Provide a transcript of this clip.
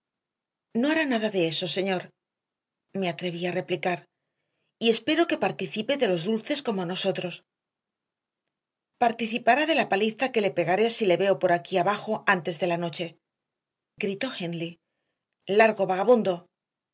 no hará nada de eso señor me atreví a replicar y espero que participe de los dulces como nosotros participará de la paliza que le pegaré si le veo por aquí abajo antes de la noche gritó hindley largo vagabundo